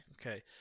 okay